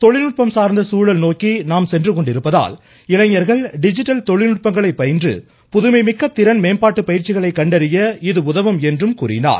தொழில்நுட்பம் சார்ந்த சூழல் நோக்கி நாம் சென்று கொண்டிருப்பதால் இளைஞர்கள் டிஜிட்டல் தொழில்நுட்பங்களை பயின்று புதுமைமிக்க திறன் மேம்பாட்டு பயிற்சிகளை கண்டறிய இது உதவும் என்றும் எடுத்துரைத்தார்